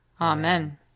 Amen